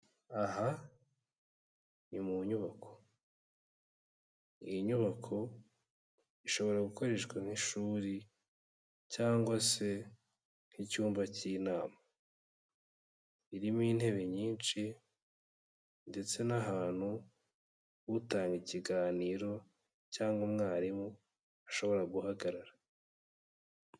Aha ni mu nyubako, iyi nyubako ishobora gukoreshwa nk'ishuri cyangwa se nk'icyumba cy'inama, irimo intebe nyinshi ndetse n'ahantu utanga ikiganiro cyangwa umwarimu ashobora guhagarara.